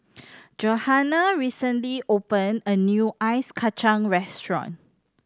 Johanna recently open a new Ice Kachang restaurant